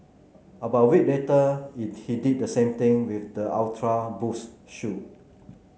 about a week later it he did the same thing with the Ultra Boost shoe